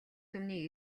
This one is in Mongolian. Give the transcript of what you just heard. түмний